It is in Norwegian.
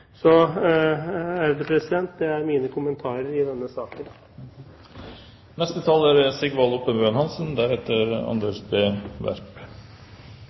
Det er mine kommentarer i denne saken. Ganske kort: Det er